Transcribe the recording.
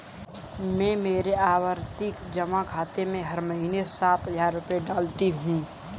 मैं मेरे आवर्ती जमा खाते में हर महीने सात हजार रुपए डालती हूँ